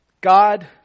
God